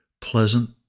pleasant